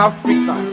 Africa